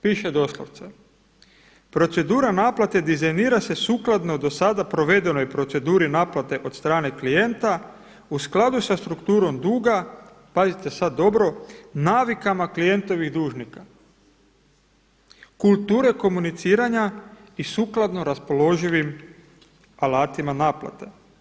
Piše doslovce – procedura naplate dizajnira se sukladno do sada provedenoj proceduri naplate od strane klijenta u skladu sa strukturom duga – pazite sada dobro – navikama klijentovih dužnika, kulture komuniciranja i sukladno raspoloživim alatima naplate.